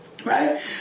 right